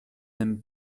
n’aime